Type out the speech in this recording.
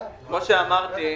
כפי שאמרתי,